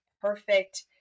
perfect